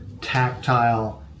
tactile